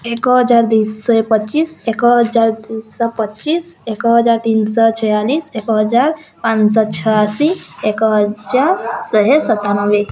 ଏକ ହଜାର ଦୁଇଶହ ପଚିଶି ଏକ ହଜାର ଦୁଇଶହ ପଚିଶି ଏକ ହଜାର ତିନିଶହ ଛୟାଳିଶ ଏକ ହଜାର ପାଞ୍ଚଶହ ଛୟାଅଶି ଏକହଜାର ଶହେ ସତାନବେ